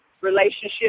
relationship